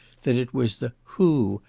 that it was the who?